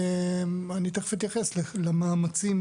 ואני תכף אתייחס למאמצים